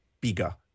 bigger